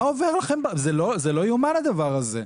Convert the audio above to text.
זה לא יאומן הדבר הזה.